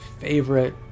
favorite